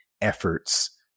efforts